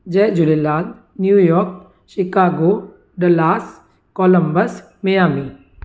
Jay Jhulelal New York Chicago Dallas Columbus Miami